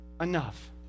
enough